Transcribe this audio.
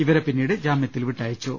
ഇവരെ പിന്നീട് ജാമ്യത്തിൽ വിട്ടയച്ചു